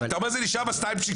אתה אומר: זה נשאר ב-2.7.,